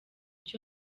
icyo